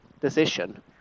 decision